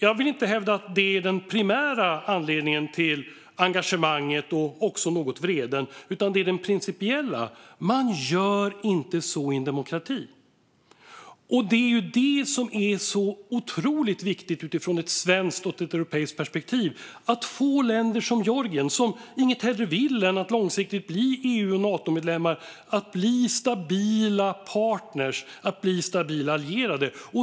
Jag vill inte hävda att det är den primära anledningen till engagemanget och i någon mån vreden, utan det handlar om det principiella: Man gör inte så i en demokrati. Det är detta som är så otroligt viktigt utifrån ett svenskt och ett europeiskt perspektiv. Det handlar om att få länder som Georgien, som inget hellre vill än att långsiktigt bli EU och Natomedlemmar, att bli stabila partner och allierade.